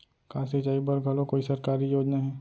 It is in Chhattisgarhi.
का सिंचाई बर घलो कोई सरकारी योजना हे?